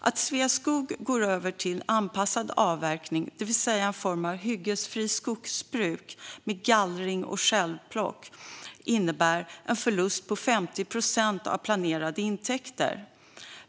Att Sveaskog går över till anpassad avverkning, det vill säga en form av hyggesfritt skogsbruk med gallring och självplock, innebär en förlust på 50 procent av planerade intäkter.